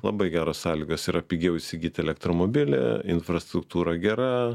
labai geros sąlygos yra pigiau įsigyto elektromobilį infrastruktūra gera